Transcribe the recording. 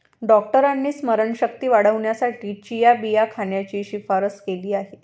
डॉक्टरांनी स्मरणशक्ती वाढवण्यासाठी चिया बिया खाण्याची शिफारस केली आहे